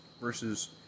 versus